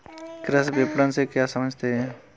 कृषि विपणन से क्या समझते हैं?